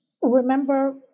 Remember